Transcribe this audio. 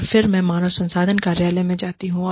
और फिर मैं मानव संसाधन कार्यालय में जाती हूं